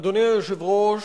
אדוני היושב-ראש,